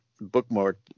bookmark